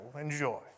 Enjoy